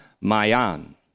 Mayan